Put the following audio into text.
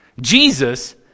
Jesus